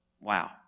wow